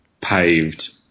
paved